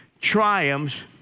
triumphs